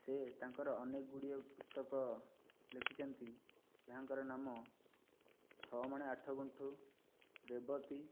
ସେ ତାଙ୍କର ଅନେକ ଗୁଡ଼ିଏ ପୁସ୍ତକ ଲେଖିଛନ୍ତି ଯାହାଙ୍କର ନାମ ଛଅ ମାଣ ଆଠ ଗୁଣ୍ଠୁ ରେବତୀ